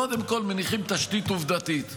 קודם כול מניחים תשתית עובדתית,